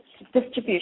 distribution